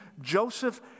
Joseph